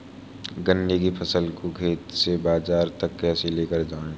गन्ने की फसल को खेत से बाजार तक कैसे लेकर जाएँ?